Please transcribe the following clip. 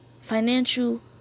financial